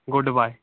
good boy